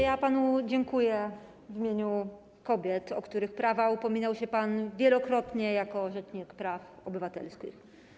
Ja panu dziękuję w imieniu kobiet, o których prawa upominał się pan wielokrotnie jako rzecznik praw obywatelskich.